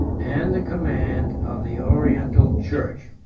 and the command of the oriental church.